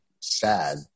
sad